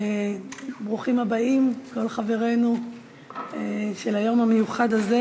ברוכים הבאים כל חברינו ביום המיוחד הזה.